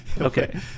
Okay